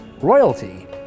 royalty